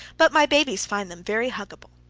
but my babies find them very huggable.